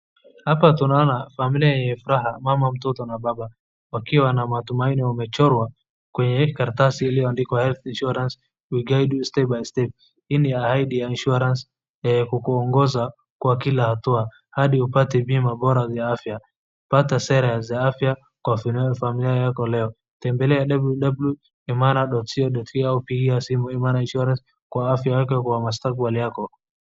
Hapa tunaona familia yenye furaha mama, mtoto na baba wakiwa na matumaini wamechorwa kwenye karatasi iliyo andikwa Health Insurance will guide you step by step . hii ni ya guide ya insurance kukuongoza kwa kila hatua hadi upate bima bora ya afya pata sera za afya kwa familia yao tembelesa www.imara insurance.com ama piga imara insurance kwa afya yako kwa mustaqbali yako.